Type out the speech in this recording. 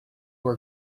were